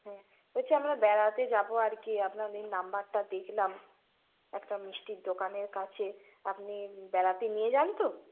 হ্যাঁ বলছি আমরা বেড়াতে যাব আর কি আপনার এই নাম্বারটা দেখলাম একটা মিষ্টির দোকানের কাচে আপনি বেড়াতে নিয়ে যান তো